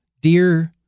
dear